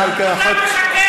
אתה משקר.